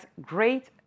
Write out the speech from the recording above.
great